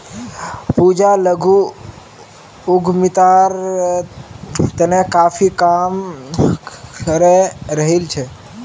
पूजा लघु उद्यमितार तने काफी काम करे रहील् छ